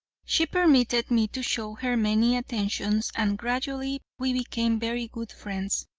she permitted me to show her many attentions and gradually we became very good friends.